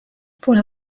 pole